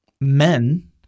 men